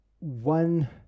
One